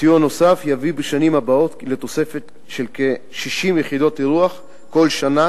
סיוע נוסף יביא בשנים הבאות לתוספת של כ-60 יחידות אירוח כל שנה,